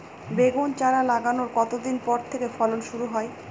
বেগুন চারা লাগানোর কতদিন পর থেকে ফলন শুরু হয়?